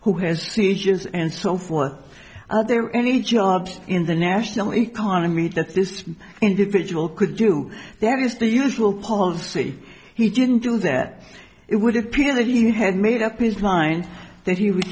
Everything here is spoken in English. who has seizures and so forth are there any jobs in the national economy that this individual could do that is the usual policy he didn't do that it would appear that he had made up his mind that he was